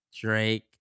Drake